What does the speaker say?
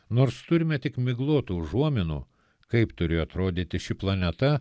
nors turime tik miglotų užuominų kaip turi atrodyti ši planeta